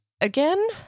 again